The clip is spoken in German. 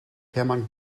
hermann